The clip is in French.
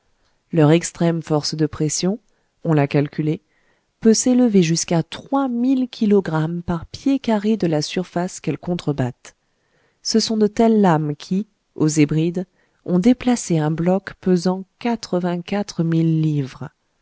leur extrême force de pression on l'a calculée peut s'élever jusqu'à trois mille kilogrammes par pied carré de la surface qu'elles contrebattent ce sont de telles lames qui aux hébrides ont déplacé un bloc pesant quatre-vingt-quatre mille livres